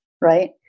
Right